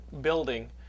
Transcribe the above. building